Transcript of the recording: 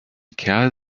kerl